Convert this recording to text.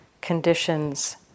conditions